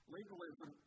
Legalism